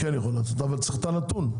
כן יכול לעשות אבל צריך את הנתון.